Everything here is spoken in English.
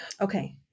Okay